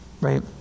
right